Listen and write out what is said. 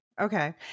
Okay